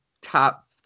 top